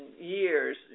years